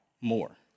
more